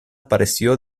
pareció